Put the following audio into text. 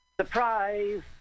Surprise